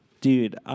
Dude